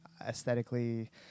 aesthetically